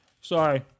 sorry